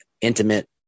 intimate